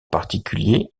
particuliers